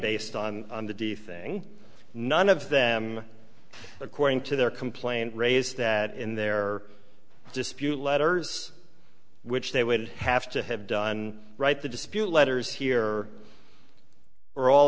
based on the d thing none of them according to their complaint raised that in their dispute letters which they would have to have done right the dispute letters here are all